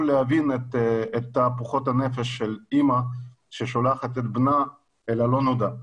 להבין את תהפוכות הנפש של אימא ששולחת את בנה אל הלא נודע.